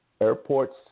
airports